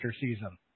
season